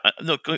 No